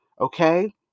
okay